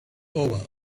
over